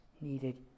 needed